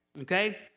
okay